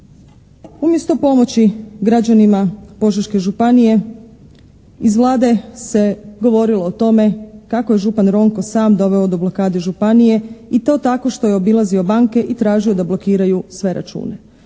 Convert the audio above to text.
Umjesto pomoći građanima Požeške županije, iz Vlade se govorilo o tome kako je župan Ronko sam doveo do blokade županije i to tako što je obilazio banke i tražio da blokiraju sve račune.